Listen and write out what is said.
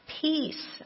Peace